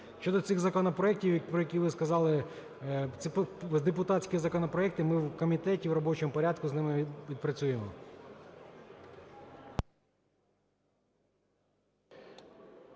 Щодо цих законопроектів, про які ви сказали, це депутатські законопроекти. Ми в комітеті в робочому порядку з ними відпрацюємо.